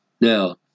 Now